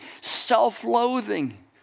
self-loathing